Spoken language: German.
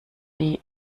die